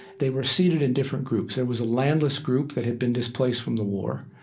they were seated in different groups. there was a landless group that had been displaced from the war.